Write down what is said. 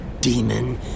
demon